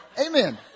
Amen